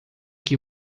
que